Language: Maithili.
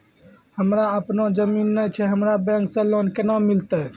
हमरा आपनौ जमीन नैय छै हमरा बैंक से लोन केना मिलतै?